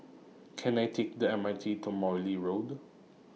Can I Take The M R T to Morley Road